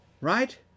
Right